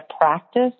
practice